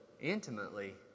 intimately